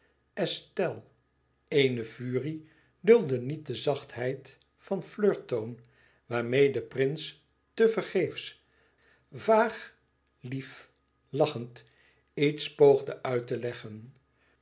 estelle ééne furie duldde niet de zachtheid van flirttoon waarmeê de prins te vergeefs vaag lief lachend iets poogde uit te leggen